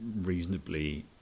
reasonably